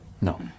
No